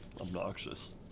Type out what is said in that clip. obnoxious